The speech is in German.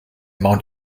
mount